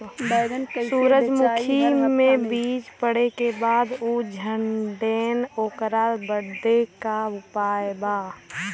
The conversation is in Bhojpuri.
सुरजमुखी मे बीज पड़ले के बाद ऊ झंडेन ओकरा बदे का उपाय बा?